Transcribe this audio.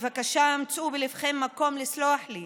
"מצאו בליבכם מקום לסלוח לי,